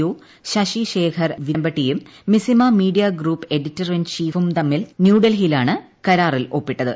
O Shashi Shekhar വെമ്പട്ടിയും Mizzima media group editor in ചീഫും തമ്മിൽ ന്യൂഡൽഹിയിലാണ് കരാറിൽ ഒപ്പിട്ടത്